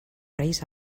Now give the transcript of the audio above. reis